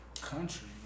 Country